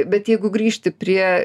bet jeigu grįžti prie